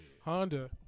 Honda